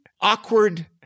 awkward